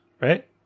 right